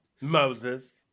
Moses